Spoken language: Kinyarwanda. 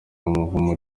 umuvumo